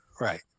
Right